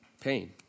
pain